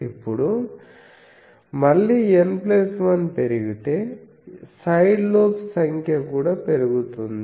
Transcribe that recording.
ఇప్పుడు మళ్ళీ N 1 పెరిగితే సైడ్ లోబ్స్ సంఖ్య కూడా పెరుగుతుంది